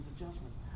adjustments